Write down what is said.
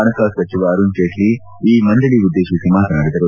ಹಣಕಾಸು ಸಚಿವ ಅರುಣ್ ಜೇಟ್ಲ ಈ ಮಂಡಳ ಉದ್ದೇಶಿಸಿ ಮಾತನಾಡಿದರು